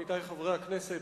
עמיתי חברי הכנסת,